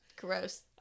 gross